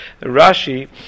Rashi